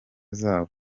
zabo